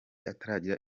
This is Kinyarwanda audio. ataragira